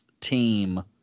team –